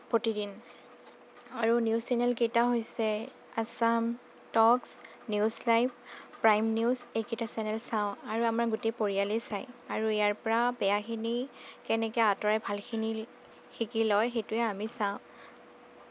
প্ৰতিদিন আৰু news channel কেইটা হৈছে Assam talks news live prime news এইকেইটা চেনেল চাওঁ আৰু আমাৰ গোটেই পৰিয়ালেই চায় আৰু ইয়াৰপৰা বেয়াখিনি কেনেকৈ আঁতৰাই ভালখিনি শিকি লয় সেইটোৱেই আমি চাওঁ